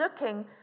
looking